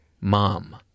mom